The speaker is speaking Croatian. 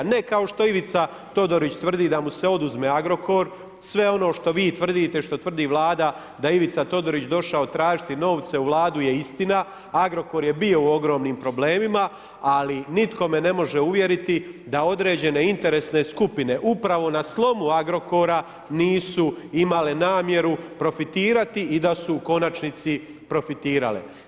Ne kao što je Ivica Todorić tvrdi da mu se oduzme Agrokor, sve ono što vi tvrdite, što tvrdi Vlada, da Ivica Todorić došao tražiti novce u Vladu je istina, Agrokor je bio u ogromnim problemima, ali nitko me ne može uvjeriti da određene interesne skupine upravo na slomu Agrokora, nisu imale namjeru profitirati i da su u konačnici profitirale.